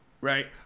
right